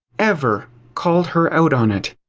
ever, called her out on it.